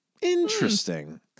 Interesting